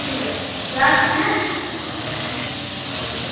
ঠিক আছে রাখছি হ্যাঁ